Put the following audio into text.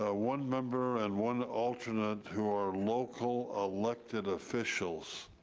ah one member and one alternate who are local ah elected officials